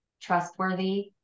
trustworthy